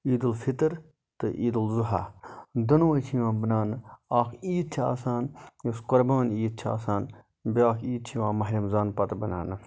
عیدُلفطر تہٕ عیٖدُلزُحا دۄنواے چھِ یِوان بناونہٕ اَکھ عیٖد چھِ آسان یۅس قۅربان عیٖد چھِ آسان بیٛاکھ عیٖد چھِ یِوان ماہِ رمضان پَتہٕ مَناونہٕ